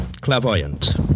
clairvoyant